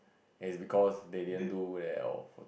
is because they didn't do well